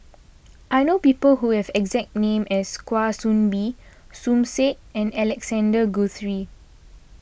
I know people who have exact name as Kwa Soon Bee Som Said and Alexander Guthrie